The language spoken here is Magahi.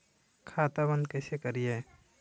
खाता बंद कैसे करिए?